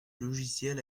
logiciel